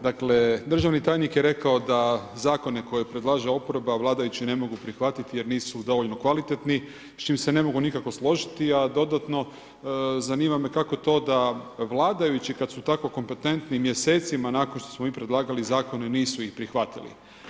Dakle, državni tajnik je rekao da zakone koje predlaže oporba vladajući ne mogu prihvatiti jer nisu dovoljno kvalitetni s čim se ne mogu nikako složiti a dodatno, zanima me kako to da vladajući kad su tako kompetentni mjesecima nakon što smo mi predlagali zakone nisu ih prihvatili?